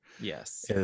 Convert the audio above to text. Yes